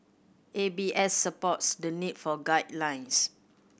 A B S supports the need for guidelines